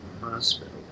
hospital